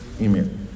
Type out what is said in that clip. Amen